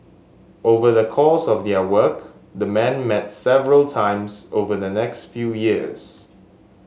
over the course of their work the men met several times over the next few years